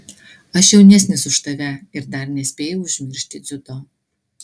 aš jaunesnis už tave ir dar nespėjau užmiršti dziudo